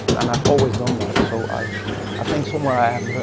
and i've always done that so i ah think somewhere i have.